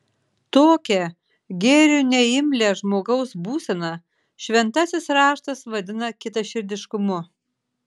tokią gėriui neimlią žmogaus būseną šventasis raštas vadina kietaširdiškumu